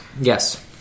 Yes